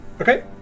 Okay